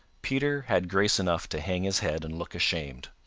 peter had grace enough to hang his head and look ashamed.